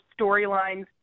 storylines